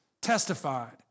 testified